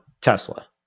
Tesla